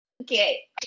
okay